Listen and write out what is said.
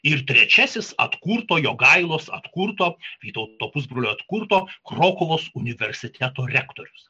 ir trečiasis atkurto jogailos atkurto vytauto pusbrolio atkurto krokuvos universiteto rektorius